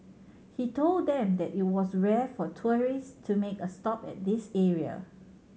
he told them that it was rare for tourists to make a stop at this area